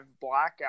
Blackout